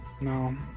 No